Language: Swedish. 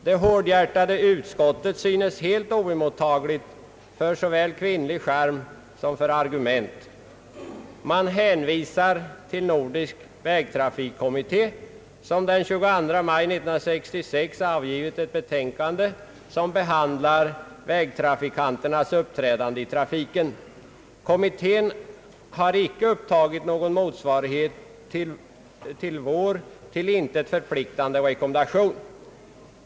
Det hårdhjärtade utskottet synes helt oemottagligt för såväl kvinnlig charm som för argument. Man hänvisar till Nordisk vägtrafikkommitté, som den 22 maj 1966 avgivit ett betänkande, som behandlar vägtrafikanternas uppträdande i trafiken. Kommittén har inte upptagit någon motsvarighet till vår till intet förpliktande rekommendation.